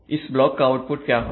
इस ब्लाक का आउटपुट क्या होगा